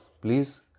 please